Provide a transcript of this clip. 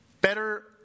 better